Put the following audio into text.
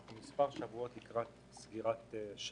אנחנו מספר שבועות לקראת סגירת שנה.